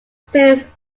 since